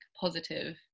positive